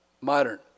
modern